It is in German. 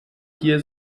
hier